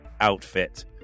outfit